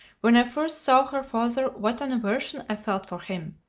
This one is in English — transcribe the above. when i first saw her father, what an aversion i felt for him!